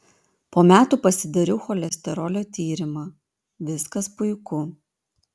po metų pasidariau cholesterolio tyrimą viskas puiku